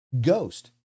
Ghost